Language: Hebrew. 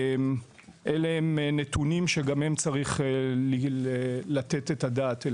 אלה הם נתונים שגם עליהם צריך לתת את הדעת.